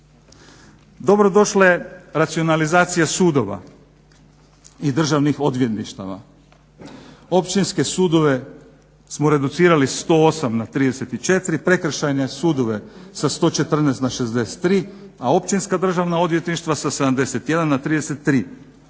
Dobro došle racionalizacije sudova i državnih odvjetništava. Općinske sudove smo reducirali 108 na 34, Prekršajne sudove sa 114 na 63, a Općinska državna odvjetništva sa 71 na 33.